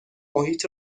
محیط